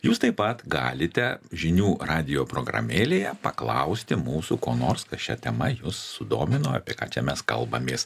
jūs taip pat galite žinių radijo programėlėje paklausti mūsų ko nors kas šia tema jus sudomino apie ką čia mes kalbamės